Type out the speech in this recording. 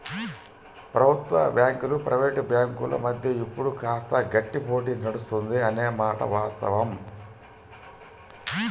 ప్రభుత్వ బ్యాంకులు ప్రైవేట్ బ్యాంకుల మధ్య ఇప్పుడు కాస్త గట్టి పోటీ నడుస్తుంది అనే మాట వాస్తవం